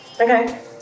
Okay